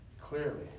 clearly